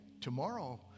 tomorrow